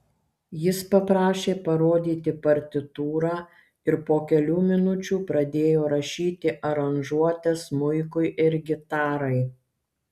jis paprašė parodyti partitūrą ir po kelių minučių pradėjo rašyti aranžuotes smuikui ir gitarai